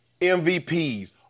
MVPs